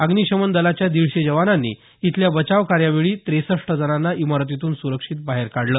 अग्नीशमन दलाच्या दीडशे जवानांनी इथल्या बचाव कार्यावेळी त्रेसष्ठ जणांना इमारतीतून सुरक्षित बाहेर काढलं